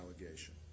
allegation